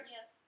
Yes